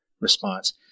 response